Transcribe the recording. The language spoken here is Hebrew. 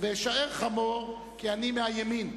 ואשאר חמור כי אני מהימין,